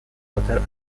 پاتر